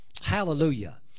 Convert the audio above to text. Hallelujah